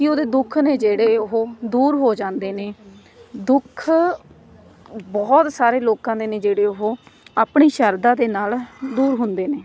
ਕਿ ਉਹਦੇ ਦੁੱਖ ਨੇ ਜਿਹੜੇ ਉਹ ਦੂਰ ਹੋ ਜਾਂਦੇ ਨੇ ਦੁੱਖ ਬਹੁਤ ਸਾਰੇ ਲੋਕਾਂ ਦੇ ਨੇ ਜਿਹੜੇ ਉਹ ਆਪਣੀ ਸ਼ਰਧਾ ਦੇ ਨਾਲ਼ ਦੂਰ ਹੁੰਦੇ ਨੇ